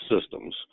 systems